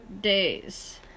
days